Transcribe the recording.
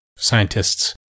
scientists